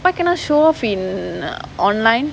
we're going ashore in err online